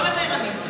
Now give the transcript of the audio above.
לא לתיירנים,